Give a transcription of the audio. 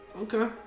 okay